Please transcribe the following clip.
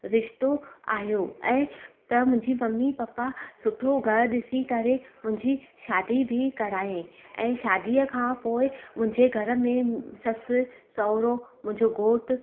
रिश्तो आहियो ऐं त मुंहिंजी ममी पपा सुठो घरु ॾिसी करें मुंहिंजी शादी बी कईं ऐं शादीअ खां पोइ मुंहिंजे घर में ससु सहुरो मुंहिंजो घोट